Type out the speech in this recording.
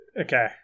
Okay